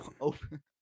open